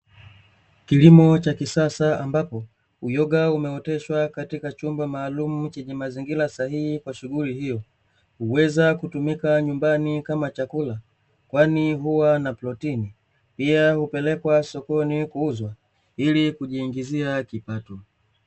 Kilimo cha kisasa ambapo, uyoga umeoteshwa katika chumba maalumu chenye mazingira sahihi kwa shughuli hiyo. Huweza kutumika nyumbani kama chakula, kwani huwa na protini, pia hupelekwa sokoni kuuzwa, ili kujiingizia kipato.